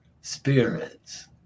spirits